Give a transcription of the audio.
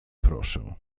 proszę